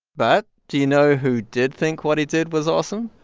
but do you know who did think what he did was awesome?